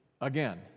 again